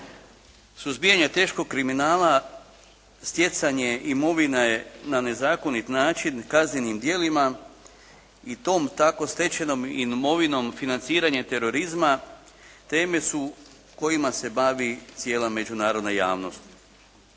Suzbijanje teškog kriminala, stjecanje imovine na nezakonit način kaznenim djelima i tom tako stečenom imovinom financiranje terorizma teme su kojima se bavi cijela međunarodna javnost.